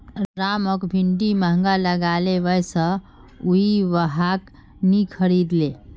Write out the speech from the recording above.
रामक भिंडी महंगा लागले वै स उइ वहाक नी खरीदले